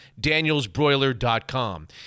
danielsbroiler.com